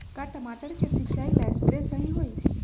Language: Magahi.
का टमाटर के सिचाई ला सप्रे सही होई?